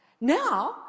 now